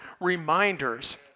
reminders